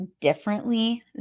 differently